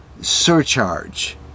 surcharge